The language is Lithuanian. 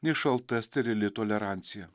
nei šalta sterili tolerancija